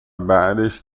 بعدش